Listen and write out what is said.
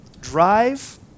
drive